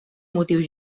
motius